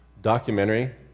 documentary